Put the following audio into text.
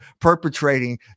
perpetrating